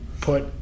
put